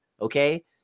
okay